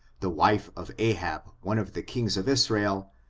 the wife of ahab, one of the kings of israel,